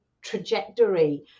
trajectory